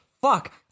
Fuck